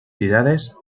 ciudades